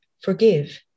Forgive